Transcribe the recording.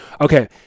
Okay